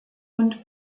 und